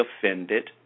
offended